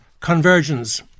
convergence